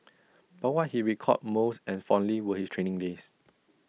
but what he recalled most and fondly were his training days